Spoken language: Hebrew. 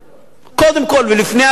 קודם כול ולפני הכול.